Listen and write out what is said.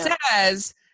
says